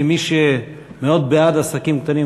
כמי שמאוד בעד עסקים קטנים,